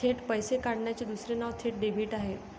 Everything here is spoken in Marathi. थेट पैसे काढण्याचे दुसरे नाव थेट डेबिट आहे